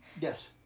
Yes